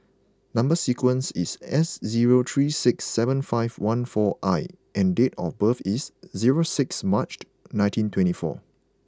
number sequence is S zero three six seven five one four I and date of birth is zero six Marched nineteen twenty four